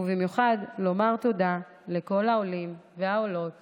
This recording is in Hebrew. ובמיוחד לומר תודה לכל העולים והעולות